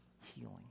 healing